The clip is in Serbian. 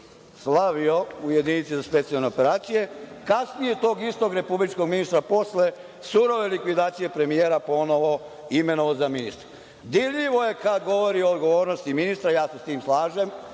slavio u jedinici za specijalne operacije, kasnije tog istog republičkog ministra posle surove likvidacije premijera ponovo imenovao za ministra. Dirljivo je kad govorio o odgovornosti ministra. Ja se sa tim slažem.